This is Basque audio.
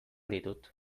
ditut